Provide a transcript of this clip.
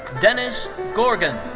deniz gorgun.